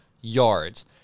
yards